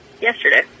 yesterday